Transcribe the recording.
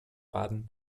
baden